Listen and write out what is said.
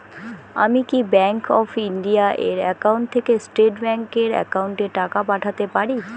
আমি কি bank of India এর একাউন্ট থেকে স্টেট ব্যাংক এর একাউন্টে টাকা পাঠাতে পারি?